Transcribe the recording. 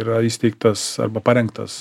yra įsteigtas arba parengtas